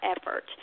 effort